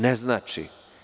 Ne znači.